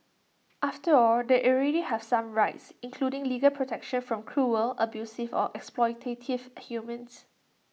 after all they already have some rights including legal protection from cruel abusive or exploitative humans